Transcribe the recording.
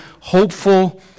hopeful